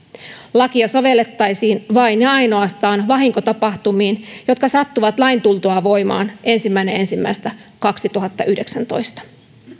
lakia sovellettaisiin vain ja ainoastaan vahinkotapahtumiin jotka sattuvat lain tultua voimaan ensimmäinen ensimmäistä kaksituhattayhdeksäntoista